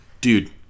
dude